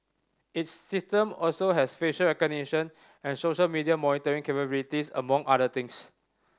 its system also has facial recognition and social media monitoring capabilities among other things